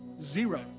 Zero